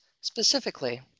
specifically